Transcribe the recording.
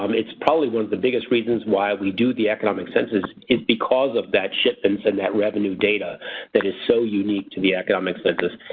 um is probably one of the biggest reasons why we do the economic census is because of that shipments and that revenue data that is so unique to the economic census.